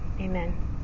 Amen